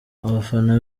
abafana